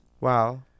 Wow